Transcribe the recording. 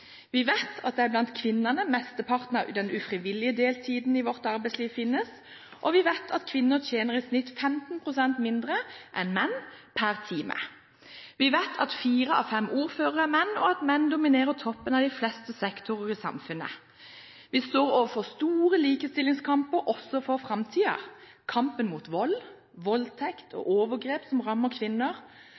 Vi vet at det er blant kvinnene mesteparten av den ufrivillige deltiden i vårt arbeidsliv finnes, og vi vet at kvinner i snitt tjener 15 pst. mindre enn menn per time. Vi vet at fire av fem ordførere er menn, og at menn dominerer på toppen av de fleste sektorer i samfunnet. Vi står overfor store likestillingskamper også i framtiden: Kampen mot vold, voldtekt og overgrep som rammer kvinner.